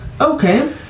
Okay